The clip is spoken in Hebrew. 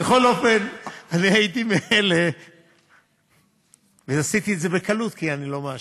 בכל אופן, אני עשיתי את זה בקלות כי אני לא מעשן.